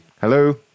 Hello